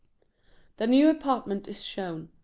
the new apartment is shown.